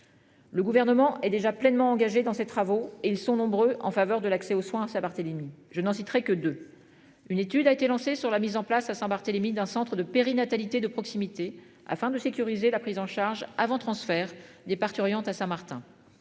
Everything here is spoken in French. Le gouvernement est déjà pleinement engagée dans ses travaux et ils sont nombreux en faveur de l'accès aux soins ça Barthélémy. Je n'en citerai que deux. Une étude a été lancée sur la mise en place à Saint-Barthélemy d'un centre de périnatalité de proximité afin de sécuriser la prise en charge avant transfert des parturientes à Saint-Martin.